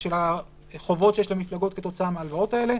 החובות שיש למפלגות כתוצאה מההלוואות האלה.